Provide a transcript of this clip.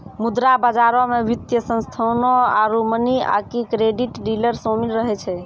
मुद्रा बजारो मे वित्तीय संस्थानो आरु मनी आकि क्रेडिट डीलर शामिल रहै छै